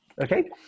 Okay